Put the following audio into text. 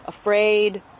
afraid